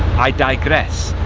i digress.